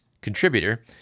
contributor